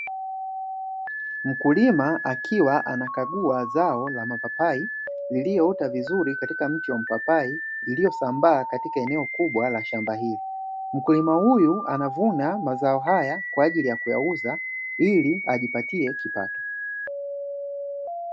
Mkulima akiwa anakagua zao la mapapai lililoota vizuri katika mti wa mpapai lililosambaa katika eneo kubwa la shamba, hili mkulima huyu anavuna mazao haya kwa ajili ya kuyauza ilii ajipatie kipato.